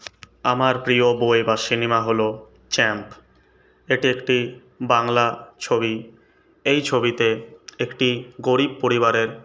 আমার প্রিয় বই বা সিনেমা হল চ্যাম্প এটি একটি বাংলা ছবি এই ছবিতে একটি গরিব পরিবারের